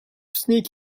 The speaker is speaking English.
sneak